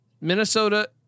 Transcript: Minnesota